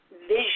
Vision